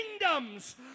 kingdoms